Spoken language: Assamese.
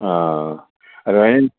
অঁ আৰু